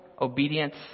obedience